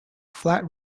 flat